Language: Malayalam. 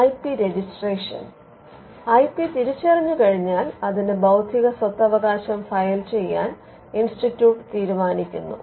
I P registration I P തിരിച്ചറിഞ്ഞു കഴിഞ്ഞാൽ അതിന് ബൌദ്ധിക സ്വത്തവകാശം ഫയൽ ചെയ്യാൻ ഇൻസ്റ്റിറ്റ്യൂട്ട് തിരുമാനിക്കുന്നു